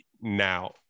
now